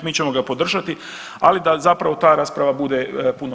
Mi ćemo ga podržati, ali da zapravo ta rasprava bude puno